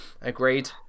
Agreed